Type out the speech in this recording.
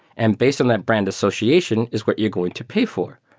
and based on that brand association is what you're going to pay for.